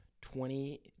Twenty